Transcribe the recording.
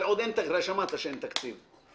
אבל שמעת שאין תקציב.